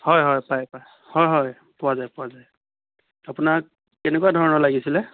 হয় হয় পায় পায় হয় হয় পোৱা যায় পোৱা যায় আপোনাক কেনেকুৱা ধৰণৰ লাগিছিলে